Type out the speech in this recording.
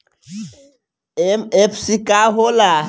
MFC का होला?